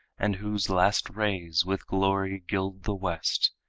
and whose last rays with glory gild the west,